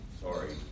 Sorry